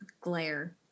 glare